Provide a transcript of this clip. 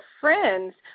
friends